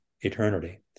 eternity